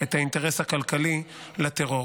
את האינטרס הכלכלי לטרור.